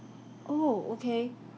oh okay